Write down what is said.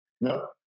No